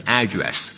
address